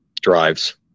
drives